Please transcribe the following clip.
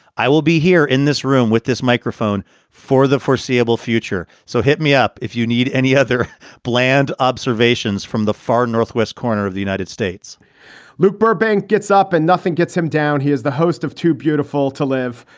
i will be here in this room with this microphone for the foreseeable future. so hit me up if you need any other bland observations from the far northwest corner of the united states luke burbank gets up and nothing gets him down. he is the host of too beautiful to live,